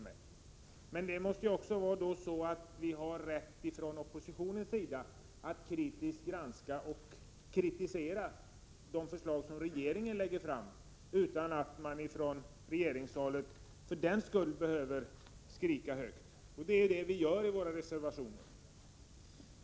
Men då måste det också vara så att vi från oppositionens sida har rätt att granska och kritisera de förslag som regeringen lägger fram utan att man från regeringspartiets sida för den skull behöver skrika högt. Det är det vi gör i våra reservationer.